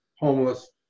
homeless